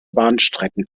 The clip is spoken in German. bahnstrecken